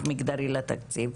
מגדרי לתקציב.